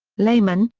lehman,